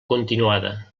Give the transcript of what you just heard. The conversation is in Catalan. continuada